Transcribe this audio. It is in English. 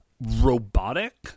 robotic